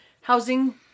housing